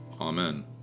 Amen